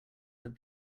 have